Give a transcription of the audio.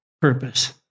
purpose